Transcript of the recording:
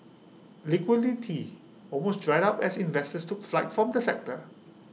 liquidity almost dried up as investors took flight from the sector